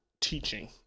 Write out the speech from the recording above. teaching